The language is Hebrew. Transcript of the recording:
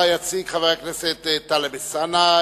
שאותה יציג חבר הכנסת טלב אלסאנע,